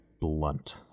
blunt